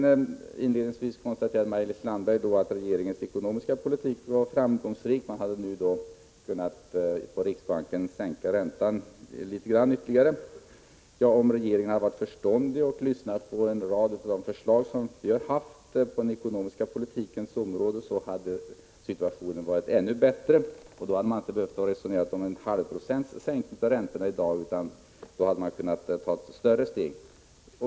Inledningsvis konstaterade Maj-Lis Landberg att regeringens ekonomiska politik är framgångsrik. Riksbanken har nu kunnat sänka räntan ytterligare litet grand. Om regeringen hade varit förståndig och anslutit sig till många av de förslag som vi har lagt fram på det ekonomisk-politiska området, hade situationen nu varit ännu bättre. Då hade man inte i dag behövt resonera om en sänkning av räntan med 0,5 96, utan hade kunnat ta ett större steg.